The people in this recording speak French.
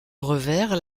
revers